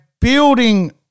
building